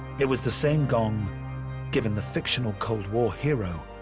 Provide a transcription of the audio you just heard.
it was the same gong given the fictional cold war hero,